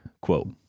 quote